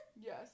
Yes